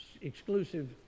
exclusive